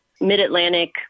mid-Atlantic